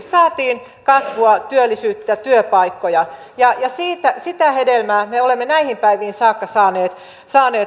saatiin kasvua työllisyyttä työpaikkoja ja sitä hedelmää me olemme näihin päiviin saakka saaneet nauttia